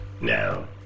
Now